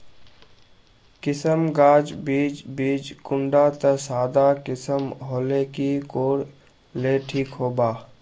किसम गाज बीज बीज कुंडा त सादा किसम होले की कोर ले ठीक होबा?